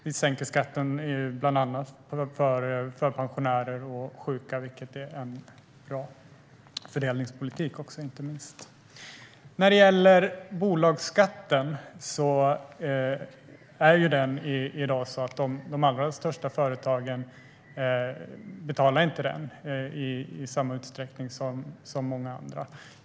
Vi sänker skatten bland annat för pensionärer och sjuka, vilket inte minst är en bra fördelningspolitik. I dag betalar inte de allra största företagen bolagsskatt i samma utsträckning som många andra.